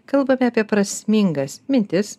kalbame apie prasmingas mintis